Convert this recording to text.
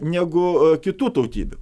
negu kitų tautybių